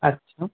আচ্ছা